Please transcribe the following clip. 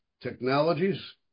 Technologies